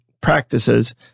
practices